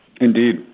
Indeed